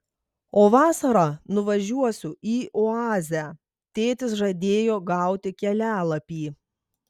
o vasarą nuvažiuosiu į oazę tėtis žadėjo gauti kelialapį